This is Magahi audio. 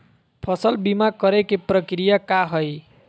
फसल बीमा करे के प्रक्रिया का हई?